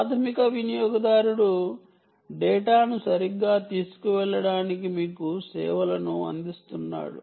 ప్రాధమిక వినియోగదారుడు డేటాను సరిగ్గా తీసుకువెళ్ళడానికి మీకు సేవలను అందిస్తున్నాడు